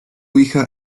hija